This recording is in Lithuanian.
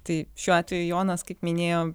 tai šiuo atveju jonas kaip minėjo